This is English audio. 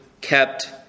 kept